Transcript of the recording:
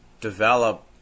develop